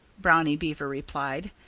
brownie beaver replied.